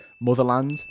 motherland